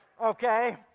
okay